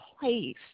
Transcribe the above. place